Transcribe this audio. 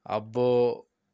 అబ్బో